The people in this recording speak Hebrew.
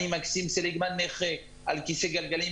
אני נכה על כיסא גלגלים.